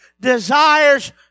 desires